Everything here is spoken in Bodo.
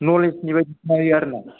नलेजनि बायदिसिना होयो आरोना